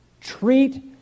treat